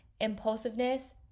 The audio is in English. impulsiveness